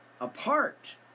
apart